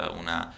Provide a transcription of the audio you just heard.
una